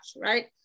right